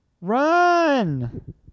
Run